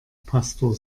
pastor